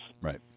Right